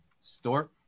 store